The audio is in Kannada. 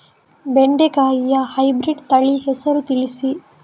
ಬೆಂಡೆಕಾಯಿಯ ಹೈಬ್ರಿಡ್ ತಳಿ ಹೆಸರು ತಿಳಿಸಿ?